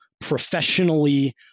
professionally